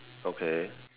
okay